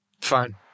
Fine